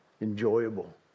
enjoyable